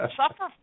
suffer